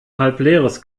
halbleeres